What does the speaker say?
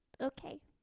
Okay